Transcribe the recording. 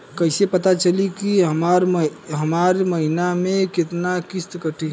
कईसे पता चली की हमार महीना में कितना किस्त कटी?